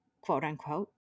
quote-unquote